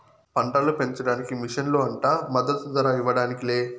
పంటలు పెంచడానికి మిషన్లు అంట మద్దదు ధర ఇవ్వడానికి లే